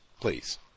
please